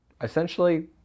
essentially